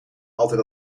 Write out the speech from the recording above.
altijd